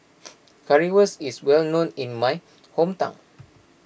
Currywurst is well known in my hometown